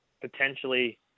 potentially